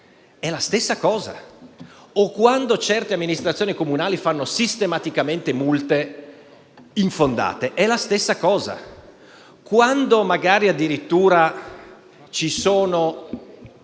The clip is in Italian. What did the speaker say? è la stessa cosa; o quando certe amministrazioni comunali fanno sistematicamente multe infondate, è la stessa cosa; quando si invia un